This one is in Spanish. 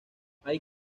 hay